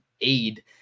aid